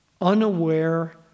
unaware